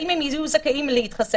האם הם יהיו זכאים להתחסן,